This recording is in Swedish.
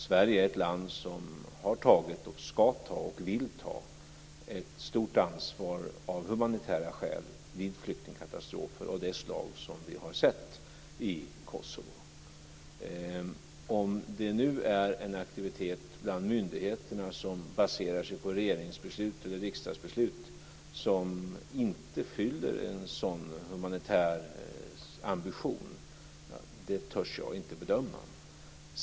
Sverige är ett land som har tagit, ska ta och vill ta ett stort ansvar av humanitära skäl vid flyktingkatastrofer av det slag vi har sett i Kosovo. Om det nu är en aktivitet bland myndigheterna som baserar sig på regeringsbeslut eller riksdagsbeslut som inte fyller en sådan humanitär ambition törs jag inte bedöma.